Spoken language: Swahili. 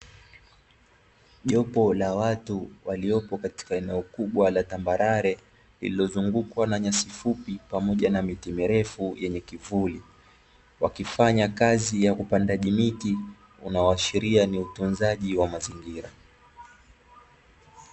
Jopo la watu waliopo katika eneo kubwa la tambarare lililozungukwa na nyasi fupi pamoja na miti mirefu yenye kivuli, wakifanya kazi ya upandaji miti unaoashiria ni utunzaji wa mazingira.